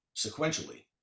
sequentially